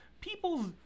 people's